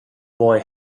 boy